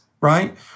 right